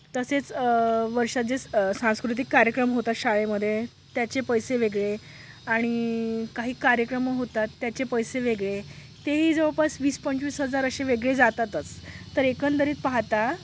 तसेच वर्षात जे सांस्कृतिक कार्यक्रम होतात शाळेमध्ये त्याचे पैसे वेगळे आणि काही कार्यक्रम होतात त्याचे पैसे वेगळे तेही जवळपास वीस पंचवीस हजार असे वेगळे जातातच तर एकंदरीत पाहता